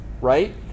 right